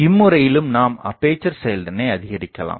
இம்முறையிலும் நாம் அப்பேசர் செயல்திறனை அதிகரிக்கலாம்